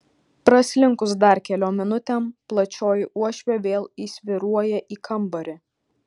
praslinkus dar keliom minutėm plačioji uošvė vėl įsvyruoja į kambarį